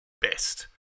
best